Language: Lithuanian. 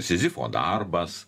sizifo darbas